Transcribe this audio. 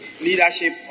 leadership